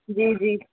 जी जी